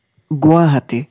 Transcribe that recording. Guwahati